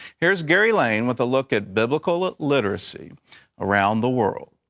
here is gary lane with a look at biblical illiteracy around the world.